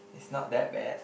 it's not that bad